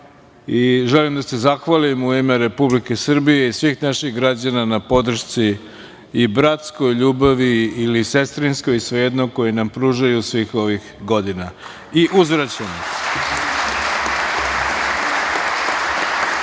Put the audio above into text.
Želim da se zahvalim, u ime Republike Srbije i svih naših građana, na podršci i bratskoj ljubavi, ili sestrinskoj, svejedno, koju nam pružaju svih ovih godina i uzvraćamo. Sada